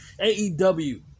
AEW